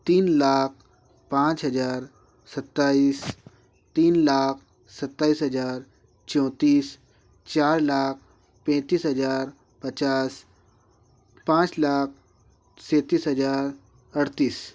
तीन लाख पाँच हज़ार सत्ताईस तीन लाख सत्ताईस हज़ार चौंतीस चार लाख पैंतीस हज़ार पचास पाँच लाख सैंतीस हज़ार अड़तीस